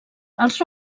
els